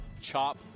Chop